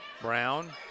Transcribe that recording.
Brown